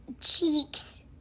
cheeks